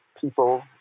people